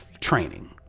training